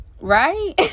Right